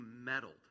meddled